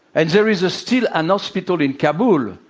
and there is ah still an hospital in kabul,